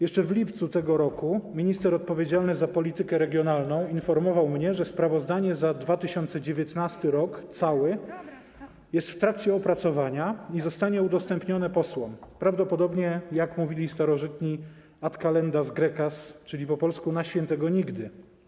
Jeszcze w lipcu tego roku minister odpowiedzialny za politykę regionalną informował mnie, że sprawozdanie za cały 2019 r. jest w trakcie opracowania i zostanie udostępnione posłom, prawdopodobnie, jak mówili starożytni, ad calendas Graecas, czyli po polsku: na święty nigdy.